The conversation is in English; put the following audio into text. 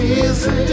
easy